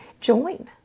join